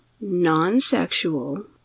non-sexual